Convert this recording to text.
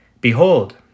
Behold